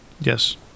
Yes